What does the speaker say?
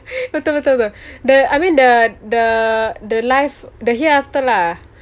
betul betul betul the I mean the the the life the hereafter lah